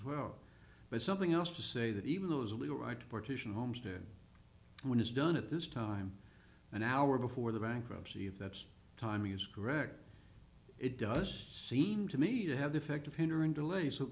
well but something else to say that even though is a legal right to partition homestead when it's done at this time an hour before the bankruptcy of that's timing is correct it does seem to me to have the effect of hindering delay